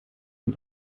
und